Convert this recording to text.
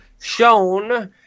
shown